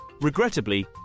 Regrettably